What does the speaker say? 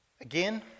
Again